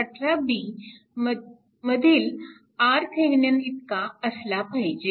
18 b मधील RThevenin इतका असला पाहिजे